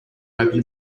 open